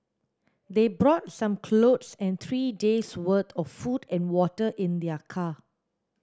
they brought some clothes and three days' worth of food and water in their car